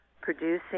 producing